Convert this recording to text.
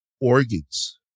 organs